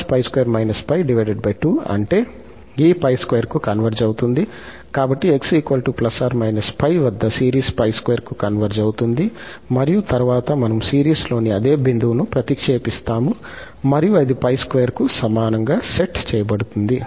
కాబట్టి 𝑥 ± 𝜋 వద్ద సిరీస్ 𝜋2 కు కన్వర్జ్ అవుతుంది మరియు తరువాత మనము సిరీస్లోని అదే బిందువును ప్రతిక్షేపిస్తాము మరియు అది 𝜋2 కు సమానంగా సెట్ చేయబడుతుంది